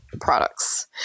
products